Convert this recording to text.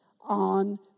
on